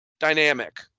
dynamic